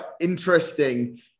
interesting